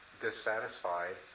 dissatisfied